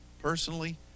personally